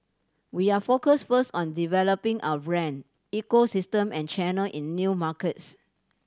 we are focus first on developing our brand ecosystem and channel in new markets